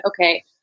okay